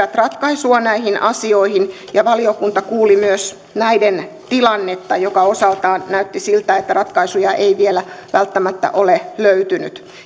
ratkaisua näihin asioihin valiokunta kuuli myös näiden tilannetta joka osaltaan näytti siltä että ratkaisuja ei vielä välttämättä ole löytynyt